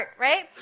right